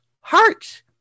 heart